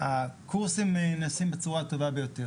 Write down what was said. הקורסים נעשים בצורה הטובה ביותר.